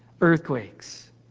earthquakes